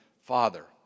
Father